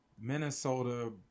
Minnesota